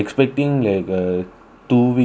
a two weeks trip